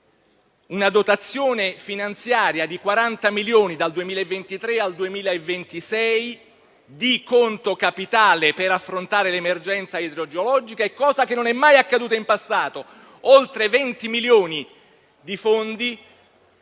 una dotazione finanziaria di 40 milioni dal 2023 al 2026 di conto capitale per affrontare l'emergenza idrogeologica, mai prevista in passato. Oltre 20 milioni di fondi